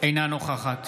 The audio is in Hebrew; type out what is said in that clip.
אינה נוכחת